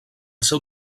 seu